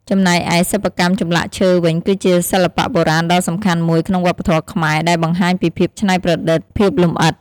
ចំណែកឯសិប្បកម្មចម្លាក់ឈើវិញ គឺជាសិល្បៈបុរាណដ៏សំខាន់មួយក្នុងវប្បធម៌ខ្មែរ ដែលបង្ហាញពីភាពច្នៃប្រឌិត ភាពលំអិត ។